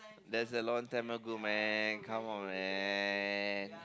that's a long time ago man come on man